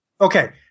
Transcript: Okay